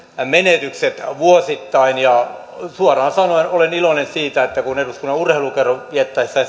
menetykset vuosittain ja suoraan sanoen olen iloinen siitä että kun eduskunnan urheilukerho viettäessään